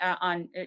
on